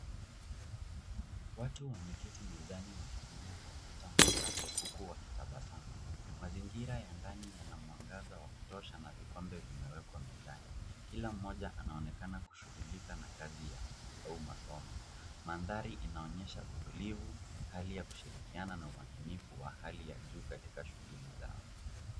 Watu wameketi mezani wakitumia kompyuta mapakato huku wakitabasamu. Mazingira ya ndani yana mwangaza wa kutosha na vikombe vimewekwa mezani. Kila mmoja anaonekana kushughulika na kazi yao au masomo. Mandhari inaonyesha utulivu, hali ya kushirikiana na umakinifu wa hali ya juu katika shughuli zao.